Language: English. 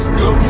go